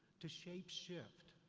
to shapeshift,